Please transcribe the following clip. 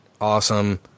awesome